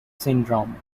syndrome